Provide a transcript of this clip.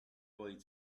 boy